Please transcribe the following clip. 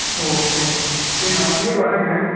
ஓகேங்கண்ணா சரி நான் மண்டே வர்றேன்ங்க